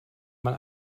man